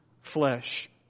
flesh